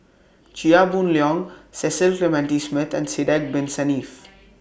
Chia Boon Leong Cecil Clementi Smith and Sidek Bin Saniff